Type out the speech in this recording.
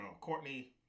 Courtney